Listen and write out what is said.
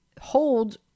hold